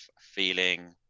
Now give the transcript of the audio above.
feeling